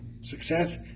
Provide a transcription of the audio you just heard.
success